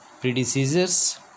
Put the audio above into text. predecessors